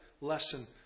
lesson